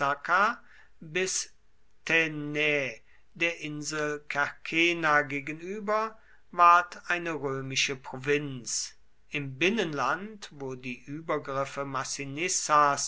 gegenüber ward eine römische provinz im binnenland wo die übergriffe